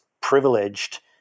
privileged